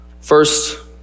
First